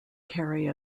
carry